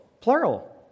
Plural